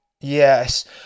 Yes